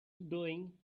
doing